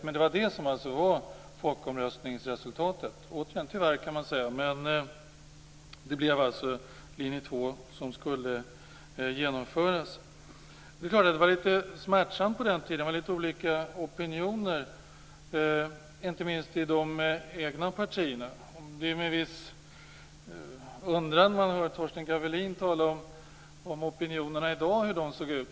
Men det var det som alltså var folkomröstningsresultatet - tyvärr, kan man återigen säga. Det blev alltså linje 2 som skulle genomföra det här. Det är klart att det var litet smärtsamt på den tiden. Det var litet olika opinioner, inte minst i de egna partierna. Det är med viss undran man hör Torsten Gavelin tala om hur opinionerna ser ut i dag.